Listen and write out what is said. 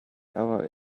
our